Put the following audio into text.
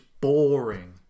boring